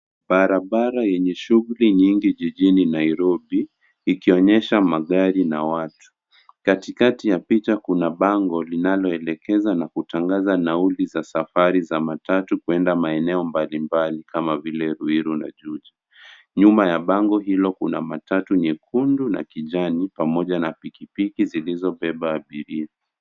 Barabara yenye shughuli nyingi jijijni Nairobi, ikionyesha magari na watu. Katikati ya picha kuna bango linaloelekeza na kutangaza nauli za safari za matatu kwenda maeneo mbalimbali kama vile Ruiru na Juja. Nyuma ya bango hilo kuna matatu nyekundu na kijani pamoja na pikipiki zilizobeba abiria.